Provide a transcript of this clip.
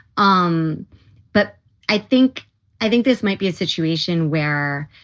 um but i think i think this might be a situation where